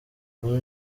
kumi